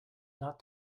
not